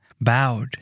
bowed